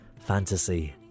fantasy